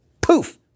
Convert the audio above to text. poof